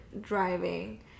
driving